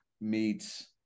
meets